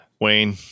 Wayne